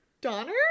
Donner